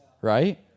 right